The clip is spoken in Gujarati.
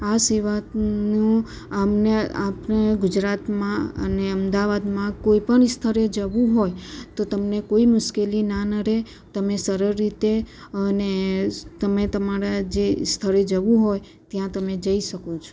આ સેવાનો આમને આપને ગુજરાતમાં અને અમદાવાદમાં કોઈપણ સ્થળે જવું હોય તો તમને કોઈ મુશ્કેલી ના નડે તમે સરળ રીતે અને તમે તમારા જે સ્થળે જવું હોય ત્યાં તમે જઈ શકો છો